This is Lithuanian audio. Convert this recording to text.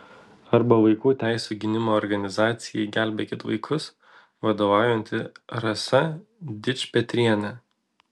arba vaikų teisių gynimo organizacijai gelbėkit vaikus vadovaujanti rasa dičpetrienė